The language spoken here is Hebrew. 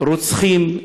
רוצחים,